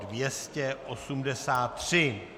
283.